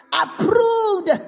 approved